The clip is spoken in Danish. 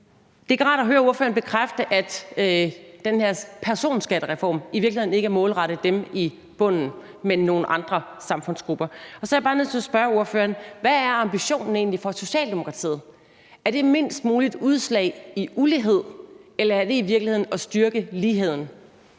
Det er ikke rart at høre ordføreren bekræfte, at den her personskattereform i virkeligheden ikke er målrettet dem i bunden, men nogle andre samfundsgrupper. Så er jeg bare nødt til at spørge ordføreren: Hvad er ambitionen egentlig for Socialdemokratiet? Er det et mindst muligt udslag i uligheden, eller er det i virkeligheden at styrke ligheden?